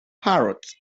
parrots